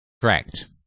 Correct